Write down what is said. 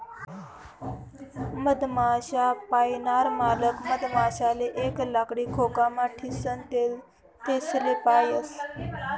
मधमाश्या पायनार मालक मधमाशासले एक लाकडी खोकामा ठीसन तेसले पायस